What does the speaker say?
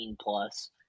plus